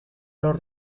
los